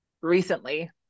recently